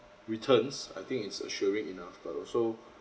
returns I think it's assuring enough but also